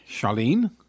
Charlene